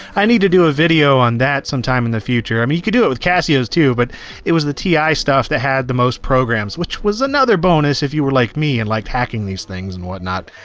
i need to do a video on that sometime in the future. i mean, you can do it with casios, too, but it was the ti stuff that had the most programs, which was another bonus if you were like me and liked hacking these things and whatnot.